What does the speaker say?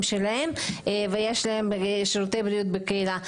משלהם ויש להם שירותי בריאות בקהילה,